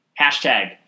Hashtag